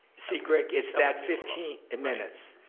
see, greg, it's that fifteen minutes.